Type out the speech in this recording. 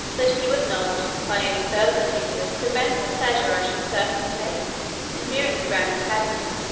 that he would not, by any further particulars, prevent the pleasure i should certainly take in viewing the grand academy,